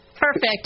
Perfect